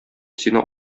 сине